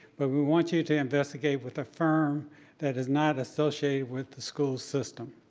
but we want you to investigate with a firm that is not associated with the school system.